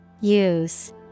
Use